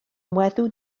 weddw